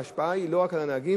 וההשפעה היא לא רק על הנהגים,